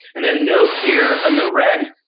and then note here in the red,